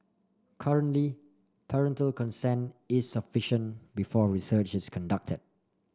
currently parental consent is sufficient before research is conducted